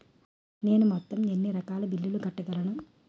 నేను మొత్తం ఎన్ని రకాల బిల్లులు కట్టగలను?